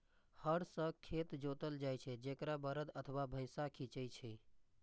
हर सं खेत जोतल जाइ छै, जेकरा बरद अथवा भैंसा खींचै छै